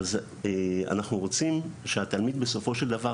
אז אנחנו רוצים שהתלמיד בסופו של דבר